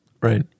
right